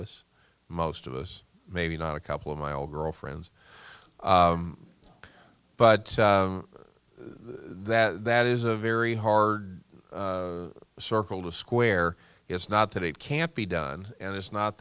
us most of us maybe not a couple of my old girlfriends but that that is a very hard circle to square it's not that it can't be done and it's not